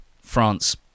france